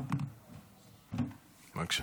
בבקשה.